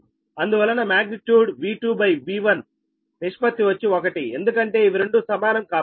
అందువలన మాగ్నిట్యూడ్ V2V1నిష్పత్తి వచ్చి 1 ఎందుకంటే ఇవి రెండు సమానం కాబట్టి